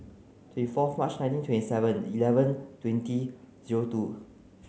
twenty fourth March nineteen twenty seven eleven twenty zero two